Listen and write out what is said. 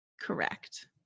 correct